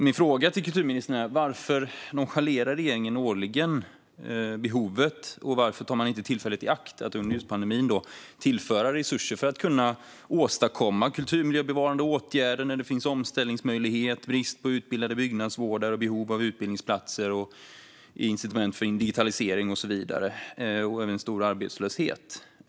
Min fråga till kulturministern är: Varför nonchalerar regeringen årligen detta behov, och varför tar man inte tillfället i akt att under pandemin tillföra resurser för att kunna åstadkomma kulturmiljöbevarande åtgärder när det finns omställningsmöjlighet, brist på utbildade byggnadsvårdare, behov av utbildningsplatser, incitament för digitalisering och så vidare och även en stor arbetslöshet?